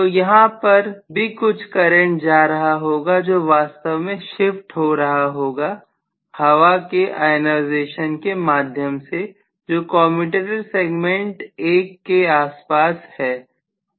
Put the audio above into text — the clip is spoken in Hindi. तो यहां पर भी कुछ करंट जा रहा होगा जो वास्तव में शिफ्ट हो रहा होगा हवा के आयनाइजेशन के माध्यम से जो कॉमेंटेटर सेगमेंट 1 के आसपास है